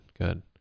good